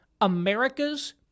America's